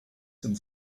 some